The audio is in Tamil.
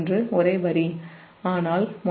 1 ஒரே வரி ஆனால் மொத்தம் 0